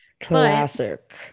classic